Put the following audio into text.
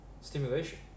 stimulation